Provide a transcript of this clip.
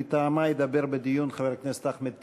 מטעמה ידבר בדיון חבר הכנסת אחמד טיבי.